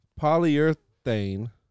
polyurethane